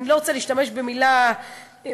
אני לא רוצה להשתמש במילה בעייתית,